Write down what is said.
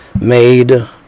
made